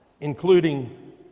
including